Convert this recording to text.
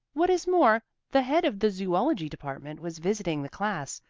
what is more, the head of the zoology department was visiting the class,